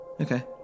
Okay